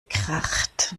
kracht